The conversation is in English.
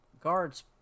guard's